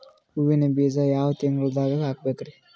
ಹೂವಿನ ಬೀಜ ಯಾವ ತಿಂಗಳ್ದಾಗ್ ಹಾಕ್ಬೇಕರಿ?